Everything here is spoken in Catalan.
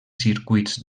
circuits